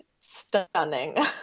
stunning